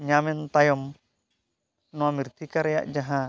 ᱧᱟᱢᱮᱱ ᱛᱟᱭᱚᱢ ᱱᱚᱣᱟ ᱢᱤᱨᱛᱷᱤᱠᱟ ᱨᱮᱭᱟᱜ ᱡᱟᱦᱟᱸ